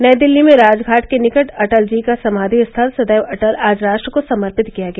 नई दिल्ली में राजघाट के निकट अटल जी का समाधि स्थल सदैव अटल आज राष्ट्र को समर्पित किया गया